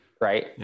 right